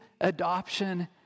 adoption